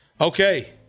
Okay